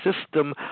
system